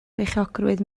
beichiogrwydd